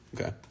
okay